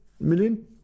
million